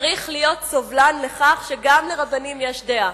צריך להיות סובלן לכך שגם לרבנים יש דעה.